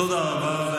תודה רבה.